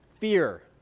fear